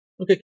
Okay